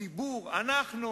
ציבור, אנחנו,